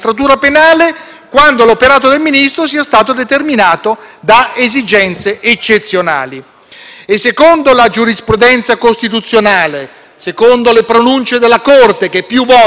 Secondo la giurisprudenza costituzionale, secondo le pronunce della Corte costituzionale che più volte è intervenuta sul tema, questa deroga eccezionale è soggetta ad una stretta interpretazione